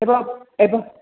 हे बघ हे बघ